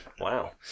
wow